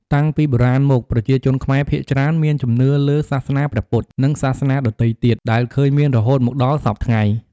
តាំងពីបុរាណមកប្រជាជនខ្មែរភាគច្រើនមានជំនឿលើសាសនាព្រះពុទ្ធនិងសាសនាដទៃទៀត ដែលឃើញមានរហូតមកដល់សព្វថ្ងៃ។